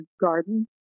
garden